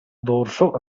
dorso